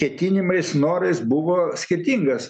ketinimais norais buvo skirtingas